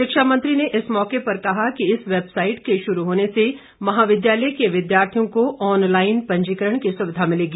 शिक्षा मंत्री ने इस मौके पर कहा कि इस वैबसाईट के शुरू होने से महाविद्यालय के विद्यार्थियों को ऑनलाईन पंजीकरण की सुविधा मिलेगी